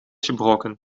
gebroken